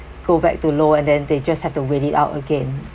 go back to low and then they just have to wait it out again